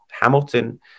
Hamilton